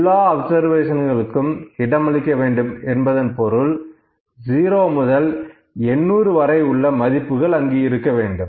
எல்லா அப்சர்வேஷன்களுக்கும் இடமளிக்க வேண்டும் என்பதன் பொருள் 0 முதல் 800 வரை உள்ள மதிப்புகள் அங்கு இருக்க வேண்டும்